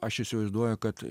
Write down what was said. aš įsivaizduoju kad